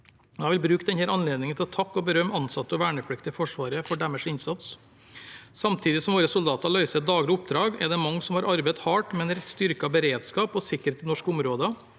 Jeg vil bruke denne anledningen til å takke og berømme ansatte og vernepliktige i Forsvaret for deres innsats. Samtidig som våre soldater løser daglige oppdrag, er det mange som har arbeidet hardt med en styrket beredskap og sikkerhet i norske områder,